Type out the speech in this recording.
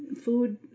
food